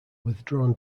withdrawn